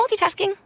multitasking